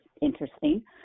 interesting